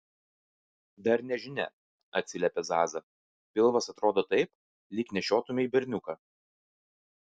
dar nežinia atsiliepė zaza pilvas atrodo taip lyg nešiotumei berniuką